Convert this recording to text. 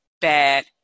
bad